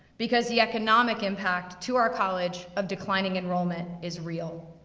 because the economic impact to our college, of declining enrollment, is real.